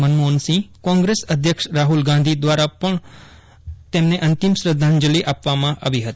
મનમોહન સિંહકોંગ્રેસ અધ્યક્ષ રાહુલ ગ્રાંધી દ્વારા પપ્ન તેયને અંતિય શ્રદ્ધાંજલિ આપવામાં આવી હતી